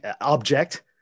object